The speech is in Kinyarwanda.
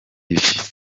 ibi